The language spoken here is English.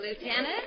Lieutenant